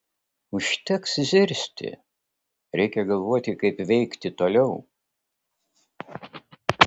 užteks zirzti reikia galvoti kaip veikti toliau